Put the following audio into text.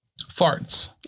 farts